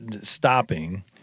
stopping